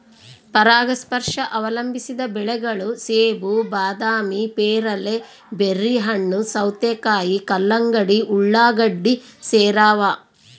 ಪರಾಗಸ್ಪರ್ಶ ಅವಲಂಬಿಸಿದ ಬೆಳೆಗಳು ಸೇಬು ಬಾದಾಮಿ ಪೇರಲೆ ಬೆರ್ರಿಹಣ್ಣು ಸೌತೆಕಾಯಿ ಕಲ್ಲಂಗಡಿ ಉಳ್ಳಾಗಡ್ಡಿ ಸೇರವ